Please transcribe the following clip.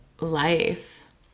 life